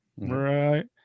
Right